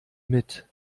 mit